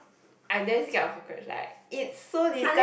I then scared of cockroach lah it's so disgust